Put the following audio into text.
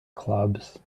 clubs